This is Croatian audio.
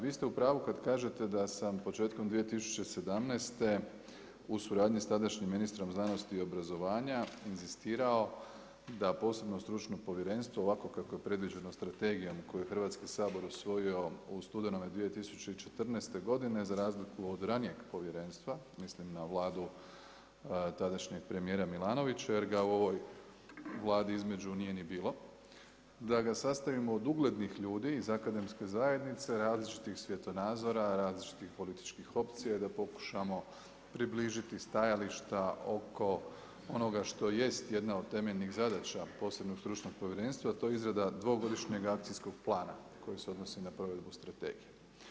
Vi ste u pravu kad kažete da sam početkom 2017. u suradnji sa tadašnjim ministrom znanosti i obrazovanja inzistirao da posebno stručno povjerenstvo ovakvo kakvo je predviđeno strategijom koji je Hrvatski sabor usvojio u studenome 2014. godine, za razliku od ranijeg povjerenstva, mislim na Vladu tadašnjeg premijera Milanovića, jer ga u ovoj Vladi između nije ni bilo, da ga sastavimo od uglednih ljudi iz akademske zajednice, različitih svjetonazora, različitih političkih opcija, da pokušamo približiti stajališta oko onoga što jest jedna od temeljnih zadaća posebnog stručnog povjerenstva a to je izrada dvogodišnjeg akcijskog plana koji se odnosi na provedbu strategije.